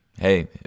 hey